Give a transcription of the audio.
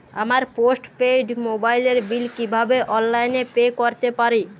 আমার post paid মোবাইলের bill কীভাবে অনলাইনে পে করতে পারি?